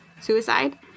Suicide